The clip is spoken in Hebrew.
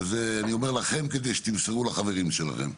אני אומר לכם כדי שתמסרו לחברים שלכם,